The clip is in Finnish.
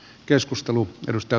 arvoisa puhemies